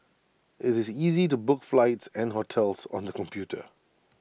IT is easy to book flights and hotels on the computer